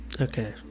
Okay